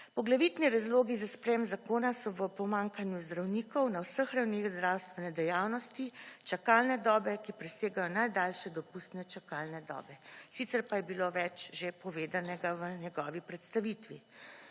Poglavitni razlogi za sprejem zakona so v pomanjkanju zdravnikov na vseh ravneh zdravstvene dejavnosti, čakalne dobe, ki presegajo najdaljše dopustne čakalne dobe. Sicer pa je bilo več že povedanega v njegovi predstavitvi.